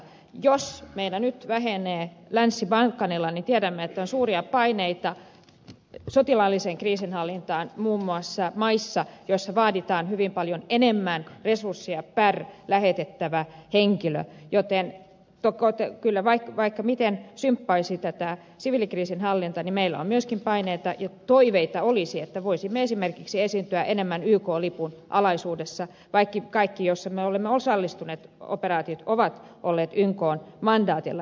jos meillä nyt osallistuminen vähenee länsi balkanilla niin tiedämme että on suuria paineita sotilaalliseen kriisinhallintaan muun muassa maissa joissa vaaditaan hyvin paljon enemmän resursseja per lähetettävä henkilö joten vaikka miten symppaisi tätä siviilikriisinhallintaa niin meillä on myöskin paineita ja toiveita että voisimme esimerkiksi esiintyä enemmän ykn lipun alaisuudessa vaikkakin kaikki operaatiot joihin me olemme osallistuneet ovat olleet ykn mandaatilla